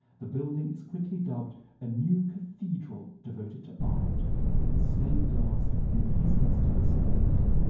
the building is quickly dubbed a new cathedral devoted to art with it's stained glass and ecclesiastical solemnity.